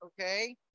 okay